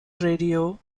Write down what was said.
radio